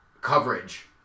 coverage